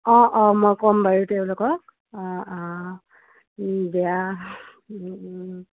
অঁ অঁ মই ক'ম বাৰু তেওঁলোকক অঁ অঁ বেয়া